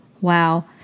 Wow